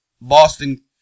Boston